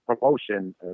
promotion